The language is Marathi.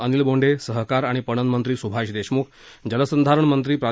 अनिल बोंडे सहकार आणि पणनमंत्री स्भाष देशम्ख जलसंधारणमंत्री प्रा